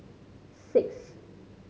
six